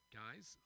guys